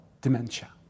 dementia